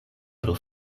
pro